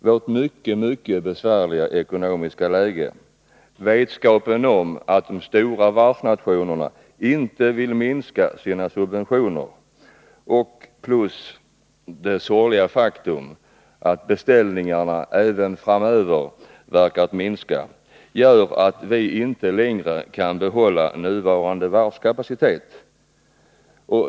Vårt mycket besvärliga ekonomiska läge, vetskapen om att de stora varvsnationerna inte vill minska sina subventioner och det sorgliga faktum att beställningarna även framöver verkar minska gör att vi inte längre kan behålla nuvarande varvskapacitet.